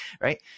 right